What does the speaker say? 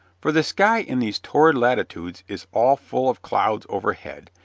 for the sky in these torrid latitudes is all full of clouds overhead,